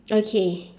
okay